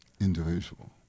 individual